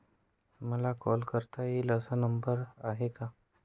मला कॉल करता येईल असा नंबर आहे का?